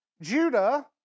Judah